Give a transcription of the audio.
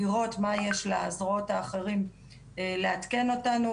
לראות מה יש לזרועות האחרות לעדכן אותנו,